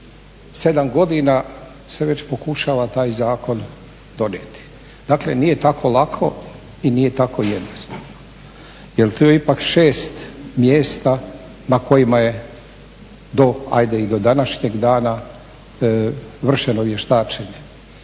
7 godina se već pokušava taj zakon donijeti. Dakle nije tako lako i nije tako jednostavno jel tu je ipak 6 mjesta na kojima je do ajde i do današnjeg dana vršeno vještačenje.